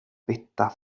pistas